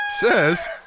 says